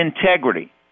integrity